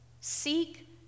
Seek